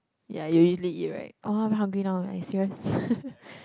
ya you usually eat right !wah! very hungry now leh serious